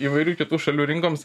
įvairių kitų šalių rinkoms